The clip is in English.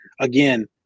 again